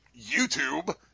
YouTube